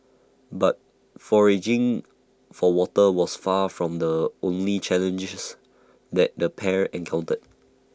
but foraging for water was far from the only challenges that the pair encountered